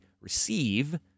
receive